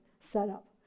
setup